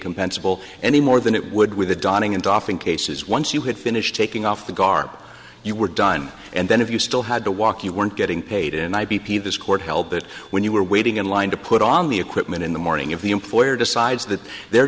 compensable any more than it would with a dawning and doffing cases once you had finished taking off the garb you were done and then if you still had to walk you weren't getting paid and i b p this court held that when you were waiting in line to put on the equipment in the morning if the employer decides that they're